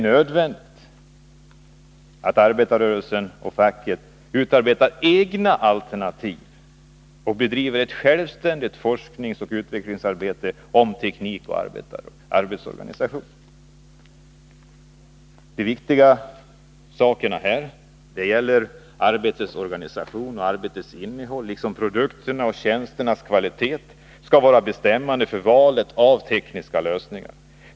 Facket måste utarbeta egna alternativ och bedriva ett självständigt forskningsoch utvecklingsarbete om teknik och arbetsorganisation. Det viktiga är följande. Arbetets organisation och arbetets innehåll, liksom produkternas och tjänsternas kvalitet, skall vara bestämmande för valet av tekniska lösningar.